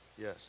Yes